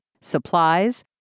supplies